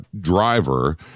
driver